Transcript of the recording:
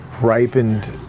ripened